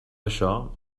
això